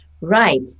Right